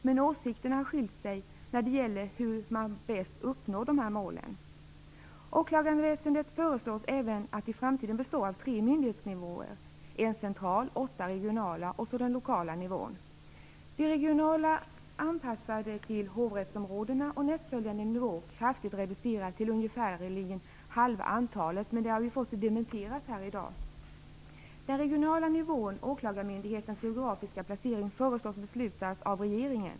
Men åsikterna har skilt sig när det gäller hur man bäst uppnår de här målen. Åklagarväsendet föreslås även i framtiden bestå av tre myndighetsnivåer: en central, åtta regionala nivåer samt den lokala nivån - de regionala anpassade till hovrättsområdena och nästföljande nivå kraftigt reducerad till ungefärligen halva antalet. Men det har vi fått dementerat här i dag. Den regionala nivån, åklagarmyndighetens geografiska placering, föreslås bli beslutad av regeringen.